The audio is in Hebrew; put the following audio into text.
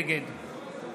נגד